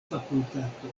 fakultato